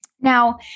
Now